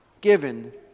given